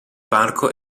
parco